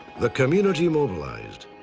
the community mobilized.